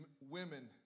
women